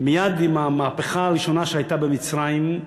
שמייד עם המהפכה הראשונה שהייתה במצרים,